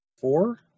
Four